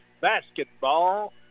basketball